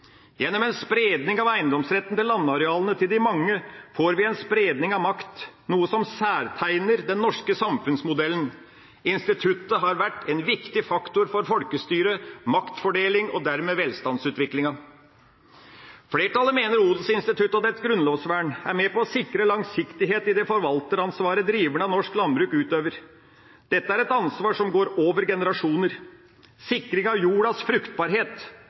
Gjennom en spredning av eiendomsretten til landarealene til de mange får vi en spredning av makt, noe som kjennetegner den norske samfunnsmodellen. Instituttet har vært en viktig faktor for folkestyret, maktfordeling og dermed velstandsutviklingen. Flertallet mener odelsinstituttet og dets grunnlovsvern er med på å sikre langsiktighet i det forvalteransvaret driverne av norsk landbruk utøver. Dette er et ansvar som går over generasjoner. Sikring av jordas fruktbarhet